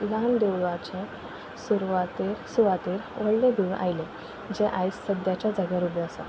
ल्हान देवळाचे सुरवातेर सुवातेर व्हडलें देवूळ आयलें जें आयज सद्याच्याच जाग्यार उबें आसा